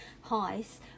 highs